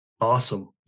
Awesome